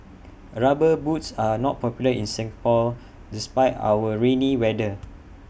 rubber boots are not popular in Singapore despite our rainy weather